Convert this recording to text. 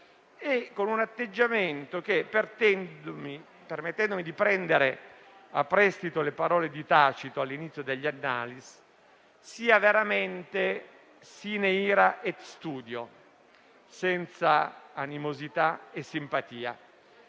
e con un atteggiamento che, permettendomi di prendere a prestito le parole di Tacito all'inizio degli "Annales", sia veramente *sine ira et studio,* ovvero senza animosità e simpatia.